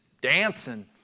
dancing